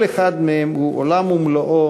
כל אחד מהם הוא עולם ומלואו,